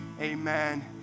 Amen